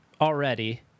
already